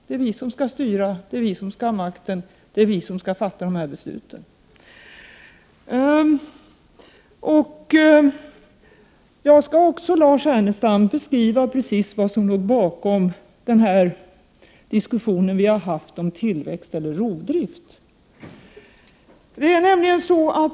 Det är vi som skall styra, det är vi som skall ha makten, det är vi som skall fatta besluten. Jag skall också, Lars Ernestam, beskriva vad som låg bakom den diskussion som vi har fört om tillväxt eller rovdrift.